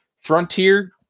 frontier